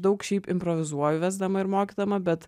daug šiaip improvizuoju vesdama ir mokydama bet